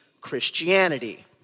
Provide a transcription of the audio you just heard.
Christianity